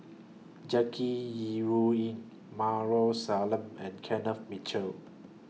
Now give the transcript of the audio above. Jackie Yi Ru Ying Maarof Salleh and Kenneth Mitchell